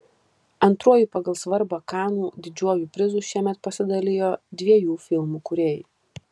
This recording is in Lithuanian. antruoju pagal svarbą kanų didžiuoju prizu šiemet pasidalijo dviejų filmų kūrėjai